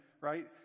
right